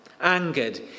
Angered